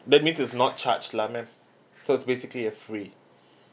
that means it's not charged lah ma'am so it's basically a free